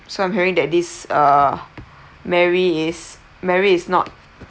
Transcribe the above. so I'm hearing that this err mary is mary is not